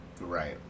right